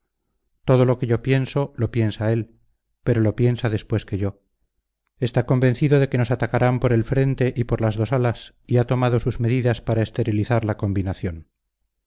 todo lo que yo pienso lo piensa él pero lo piensa después que yo está convencido de que nos atacarán por el frente y por las dos alas y ha tomado sus medidas para esterilizar la combinación